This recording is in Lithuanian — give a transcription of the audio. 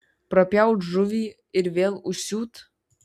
prapjaut žuvį ir vėl užsiūt